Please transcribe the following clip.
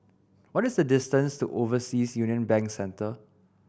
what is the distance to Overseas Union Bank Centre